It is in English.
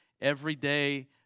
everyday